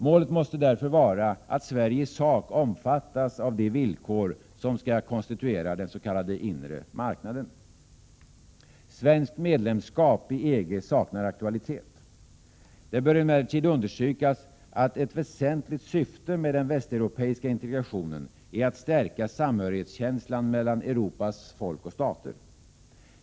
Målet måste vara att Sverige i sak omfattas av de villkor som skall konstituera den s.k. inre marknaden. Svenskt medlemskap i EG saknar aktualitet. Det bör emellertid understrykas att ett väsentligt syfte med den västeuropeiska integrationen är att stärka samhörighetskänslan mellan Europas folk och stater.